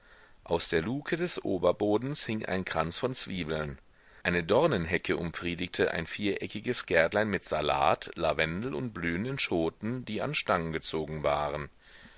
aus der luke des oberbodens hing ein kranz von zwiebeln eine dornenhecke umfriedigte ein viereckiges gärtlein mit salat lavendel und blühenden schoten die an stangen gezogen waren